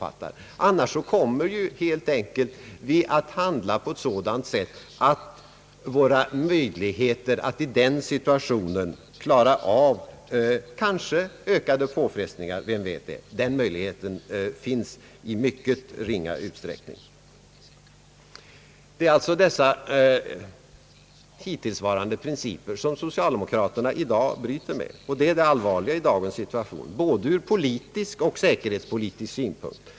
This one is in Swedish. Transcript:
Annars kommer vi helt enkelt att handla så att våra möjligheter att i den situationen klara eventuellt ökade påfrestningar finns i mycket ringa utsträckning. Det är alltså hittillsvarande principer som socialdemokraterna i dag bryter mot, och detta är det mest allvarliga i dagens situation ur både politisk och säkerhetspolitisk synpunkt.